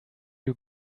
you